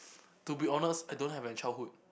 to be honest I don't have a childhood